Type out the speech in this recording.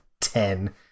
ten